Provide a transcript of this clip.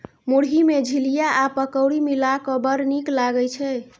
मुरही मे झिलिया आ पकौड़ी मिलाकए बड़ नीक लागय छै